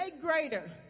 greater